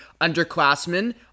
underclassmen